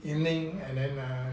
and then err